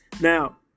Now